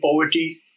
poverty